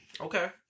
Okay